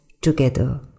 together